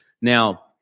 Now